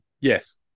Yes